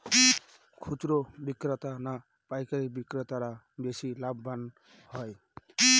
খুচরো বিক্রেতা না পাইকারী বিক্রেতারা বেশি লাভবান হয়?